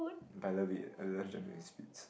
but I love it I love Japanese Spitz